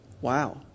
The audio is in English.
Wow